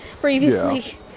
previously